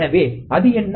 எனவே அது என்ன